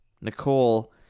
nicole